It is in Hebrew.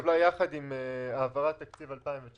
היא התקבלה יחד עם העברת תקציב 2019,